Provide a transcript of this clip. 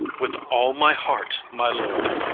with all my heart, my lord.